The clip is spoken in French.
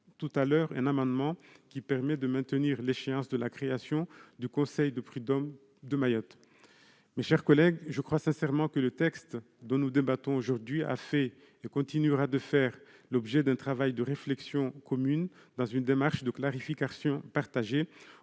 tout à l'heure un amendement qui permet de maintenir l'échéance de la création du conseil de prud'hommes de Mayotte. Mes chers collègues, je crois sincèrement que le texte dont nous débattons aujourd'hui a fait et continuera de faire l'objet d'un travail de réflexion commune, dans une démarche de clarification partagée,